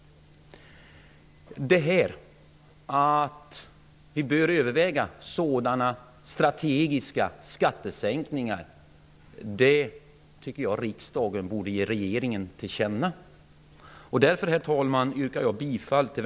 Detta, att vi bör överväga sådana strategiska skattesänkningar, tycker jag att riksdagen borde ge regeringen till känna. Därför, herr talman, yrkar jag bifall till